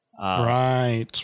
Right